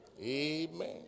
Amen